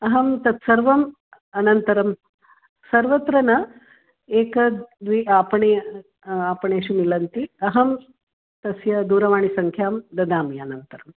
अहं तत्सर्वम् अनन्तरं सर्वत्र न एकं द्वि आपणे आपणेषु मिलन्ति अहं तस्य दूरवाणीसङ्ख्यां ददामि अनन्तरम्